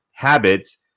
Habits